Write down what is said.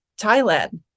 Thailand